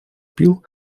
пил